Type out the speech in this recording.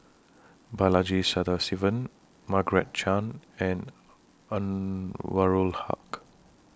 Balaji Sadasivan Margaret Chan and Anwarul Haque